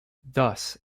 thus